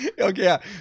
Okay